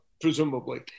presumably